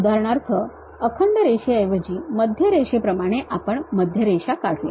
उदाहरणार्थ अखंड रेषेऐवजी मध्य रेषेप्रमाणे आपण मध्यरेषा काढूया